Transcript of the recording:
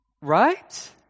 right